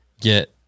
get